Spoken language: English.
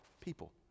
people